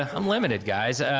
ah i'm limited, guys.